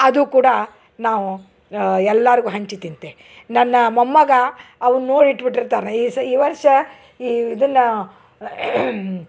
ಅದು ಕೂಡ ನಾವು ಎಲ್ಲಾರಿಗು ಹಂಚಿ ತಿಂತೆ ನನ್ನ ಮೊಮ್ಮಗ ಅವ್ನ ನೋಡಿಟ್ಬಿಟ್ಟಿರ್ತಾನೆ ಈಸ್ ಈ ವರ್ಷ ಈ ಇದನ್ನ